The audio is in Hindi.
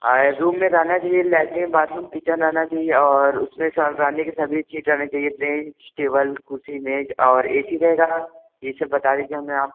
आए रूम में रहना चाहिए लैट्रिन बाथरूम किचन रहना चाहिए और उस में सा रहने के सभी चीज़ रहना चाहिए ब्रेंच टेबल कुर्सी मेज़ और ए सी रहेगा ये सब बता दीजिए हमें आप